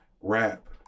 rap